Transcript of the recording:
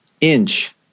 inch